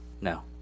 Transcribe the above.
No